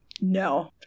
No